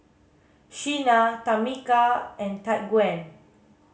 Sheena Tamica and Tyquan